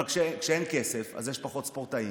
אבל כשאין כסף, אז יש פחות ספורטאים,